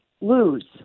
lose